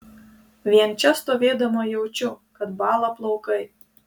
vien čia stovėdama jaučiu kad bąla plaukai